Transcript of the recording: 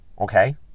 okay